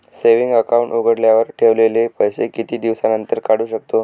Saving account उघडल्यावर ठेवलेले पैसे किती दिवसानंतर काढू शकतो?